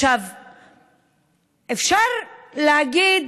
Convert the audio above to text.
אפשר להגיד